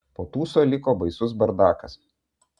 po tūso liko baisus bardakas